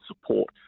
support